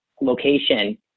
location